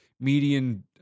median